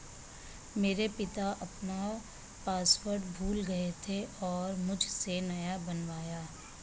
मेरे पिता अपना पासवर्ड भूल गए थे और मुझसे नया बनवाया